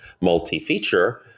multi-feature